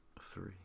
Three